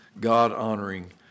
God-honoring